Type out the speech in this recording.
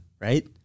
right